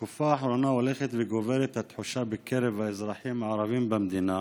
בתקופה האחרונה הולכת וגוברת התחושה בקרב האזרחים הערבים במדינה